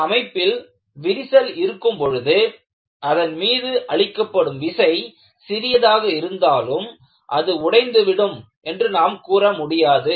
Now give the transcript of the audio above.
ஒரு அமைப்பில் விரிசல் இருக்கும் பொழுது அதன் மீது அளிக்கப்படும் விசை சிறியதாக இருந்தாலும் அது உடைந்து விடும் என்று நாம் கூற முடியாது